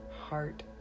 heart